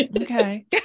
okay